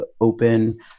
open